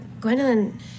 Gwendolyn